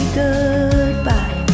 goodbye